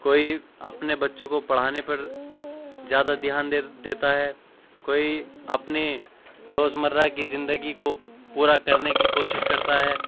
کوئی اپنے بچوں کو پڑھانے پر زیادہ دھیان دے دیتا ہے کوئی اپنی روز مرہ کی زندگی کو پورا کرنے کی کوشش کرتا ہے